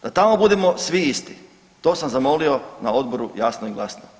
Da tamo budemo svi isti, to sam zamolio na odboru jasno i glasno.